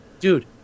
Dude